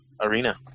arena